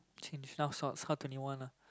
change now so~ now twenty one ah